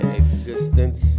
existence